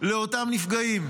לאותם נפגעים,